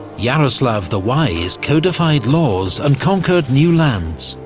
yaroslav the wise codified laws and conquered new lands.